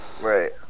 Right